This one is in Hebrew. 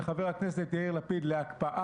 לא ידעתם אפילו שיש פירוק לכחול לבן.